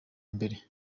mbere